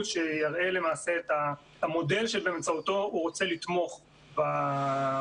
שיראה למעשה את המודל באמצעותו הוא רוצה לתמוך בגופים.